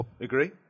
agree